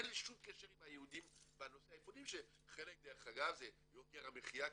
אין שום קשר ליהודים בנושא האפודים שחלק דרך אגב זה יוקר המחייה.